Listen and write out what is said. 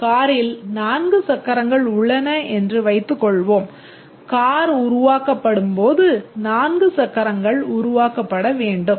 ஒரு காரில் 4 சக்கரங்கள் உள்ளன என்று வைத்துக்கொள்வோம் கார் உருவாக்கப்படும் போது 4 சக்கரங்கள் உருவாக்கப்பட வேண்டும்